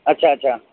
अछा अछा